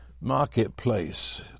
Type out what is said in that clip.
marketplace